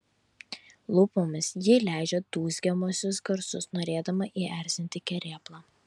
lūpomis ji leidžia dūzgiamuosius garsus norėdama įerzinti kerėplą